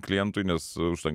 klientui nes užtenka